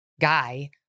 guy